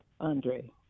Andre